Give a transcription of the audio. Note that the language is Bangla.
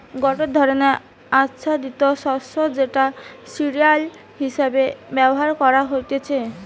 গটে ধরণের আচ্ছাদিত শস্য যেটা সিরিয়াল হিসেবে ব্যবহার করা হতিছে